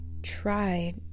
Tried